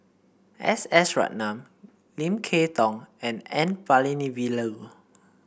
S S Ratnam Lim Kay Tong and N Palanivelu